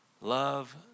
love